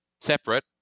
separate